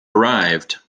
arrived